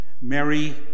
Mary